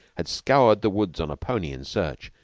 had scoured the woods on a pony in search,